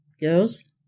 girls